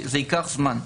זה ייקח זמן.